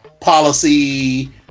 policy